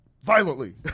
violently